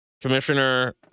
Commissioner